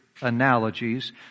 analogies